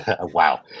wow